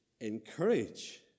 encourage